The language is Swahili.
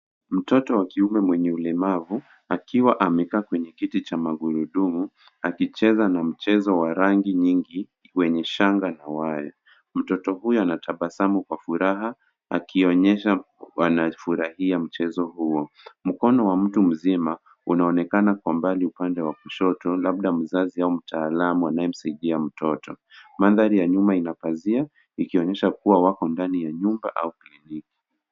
Mtoto wa kiume mwenye ulemavu akiwa amekaa kwenye kiti cha magurudumu akicheza na mchezo wa rangi nyingi wenye shanga na waya. Mtoto huyo anatabasamu kwa furaha akionyesha wanafurahia mchezo huo. Mkono wa mtu mzima, unaonekana kwa mbali upande wa kushoto labda mzazi au mtaalamu anayemsaidia mtoto. Mandhari ya nyuma ina pazia ikionyesha kuwa wako ndani ya nyumba au pembeni.